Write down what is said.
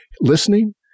listening